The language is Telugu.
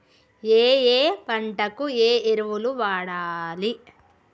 ఏయే పంటకు ఏ ఎరువులు వాడాలి?